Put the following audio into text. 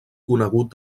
conegut